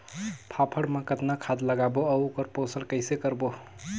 फाफण मा कतना खाद लगाबो अउ ओकर पोषण कइसे करबो?